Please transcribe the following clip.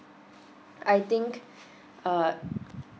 I think uh